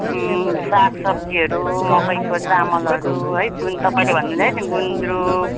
साग सब्जीहरू मकैको चमालहरू है गुन् तपाईँले भन्नु हुँदैथियो नि गुन्द्रुक